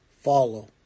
follow